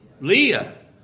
Leah